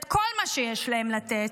את כל מה שיש להם לתת,